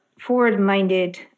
forward-minded